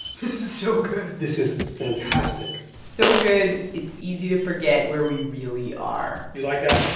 this is so good this is fantastic so good, it's easy to forget where we really are you like that one?